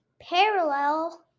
parallel